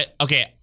Okay